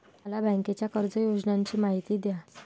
मला बँकेच्या कर्ज योजनांची माहिती द्या